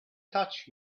touch